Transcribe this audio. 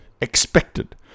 expected